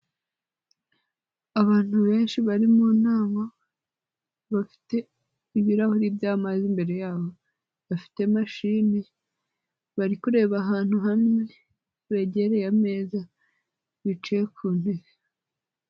Abantu benshi bari mu nama, bafite ibirahuri by'amazi imbere yabo, bafite mashini, bari kureba ahantu hamwe, begereye ameza, bicaye ku ntebe.